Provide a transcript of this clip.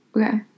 Okay